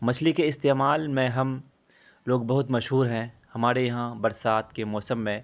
مچھلی کے استعمال میں ہم لوگ بہت مشہور ہیں ہمارے یہاں برسات کے موسم میں